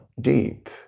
deep